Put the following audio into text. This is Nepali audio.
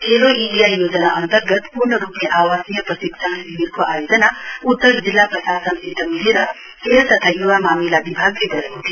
खेलो इण्डिया योजना अन्तर्गत पूर्ण रुपले आवासीय प्रशिक्षण शिविरको आयोजना उत्तर जिल्ला प्रसासनसित मिलेर खेल तथा युवा मामिला विभागले गरेको थियो